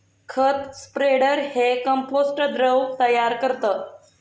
खत स्प्रेडर हे कंपोस्ट द्रव तयार करतं